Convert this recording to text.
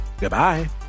goodbye